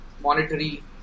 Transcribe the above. monetary